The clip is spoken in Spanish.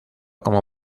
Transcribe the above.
como